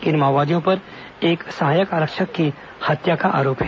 इन माओवादियों पर एक सहायक आरक्षक की हत्या का आरोप है